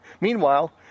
Meanwhile